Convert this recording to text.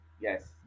yes